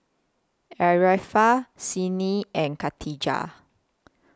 Arifa Senin and Khatijah